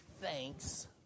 thanks